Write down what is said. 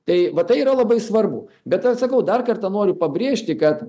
tai va tai yra labai svarbu bet vat sakau dar kartą noriu pabrėžti kad